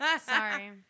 Sorry